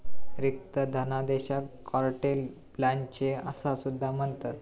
रिक्त धनादेशाक carte blanche असा सुद्धा म्हणतत